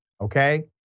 okay